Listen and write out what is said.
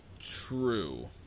True